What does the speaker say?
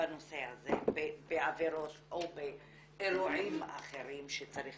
בנושא הזה בעבירות או באירועים אחרים שצריך